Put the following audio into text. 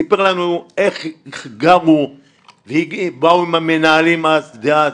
הוא סיפר לנו איך --- באו מהמנהלים דאז,